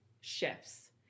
shifts